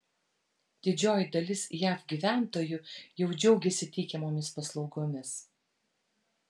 didžioji dalis jav gyventojų jau džiaugiasi teikiamomis paslaugomis